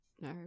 No